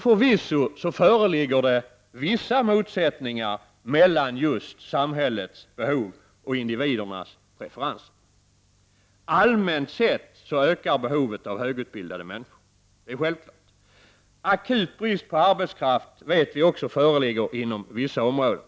Förvisso föreligger vissa motsättningar mellan just samhällets behov och individernas preferenser. Allmänt sett ökar behovet av högutbildade människor. Det är en självklarhet. Akut brist på arbetskraft föreligger inom vissa områden.